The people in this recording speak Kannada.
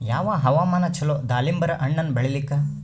ಯಾವ ಹವಾಮಾನ ಚಲೋ ದಾಲಿಂಬರ ಹಣ್ಣನ್ನ ಬೆಳಿಲಿಕ?